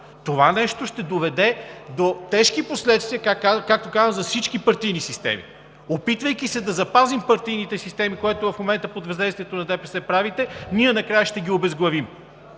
това нещо ще доведе до тежки последствия, както казах, за всички партийни системи. Опитвайки се да запазим партийните системи, което правите в момента под въздействието на ДПС, ние накрая ще ги обезглавим.